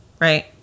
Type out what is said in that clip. right